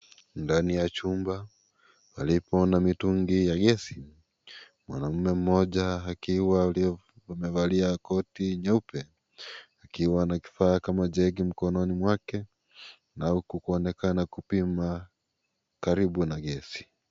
Ndani ya chumba, palipo na mitungi ya gesi ,mwanamume mmoja akiwa amevalia koti nyeupe, akiwa na kifaa kama jegi mkononi mwake na huku akionekana kupima karibu na gesi.